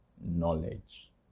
knowledge